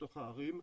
בתוך הערים,